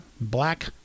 Black